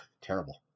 terrible